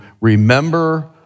remember